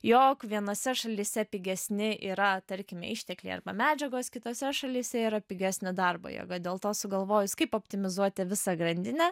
jog vienose šalyse pigesni yra tarkime ištekliai arba medžiagos kitose šalyse yra pigesnė darbo jėga dėl to sugalvojus kaip optimizuoti visą grandinę